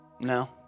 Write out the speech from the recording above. No